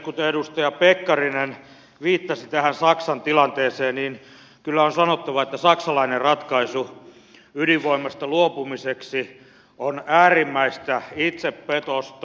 kuten edustaja pekkarinen viittasi tähän saksan tilanteeseen niin kyllä on sanottava että saksalainen ratkaisu ydinvoimasta luopumiseksi on äärimmäistä itsepetosta